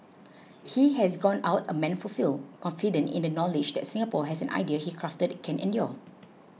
he has gone out a man fulfilled confident in the knowledge that Singapore as an idea he crafted can endure